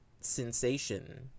sensation